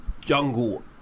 jungle